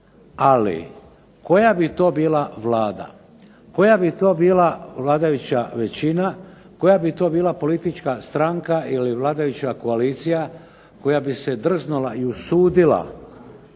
Ali koja bi to bila Vlada, koja bi to bila vladajuća većina, koja bi to bila politička stranka ili vladajuća koalicija koja bi se drznula i usudila